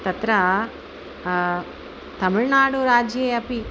तत्र तमिळ्नाडुराज्ये अपि